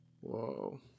Whoa